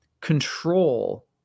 control